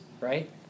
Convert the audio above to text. right